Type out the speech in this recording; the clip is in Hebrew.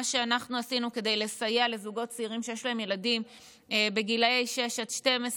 מה שאנחנו עשינו כדי לסייע לזוגות צעירים שיש להם ילדים בגילאי 6 12,